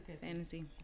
fantasy